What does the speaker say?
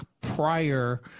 prior